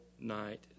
night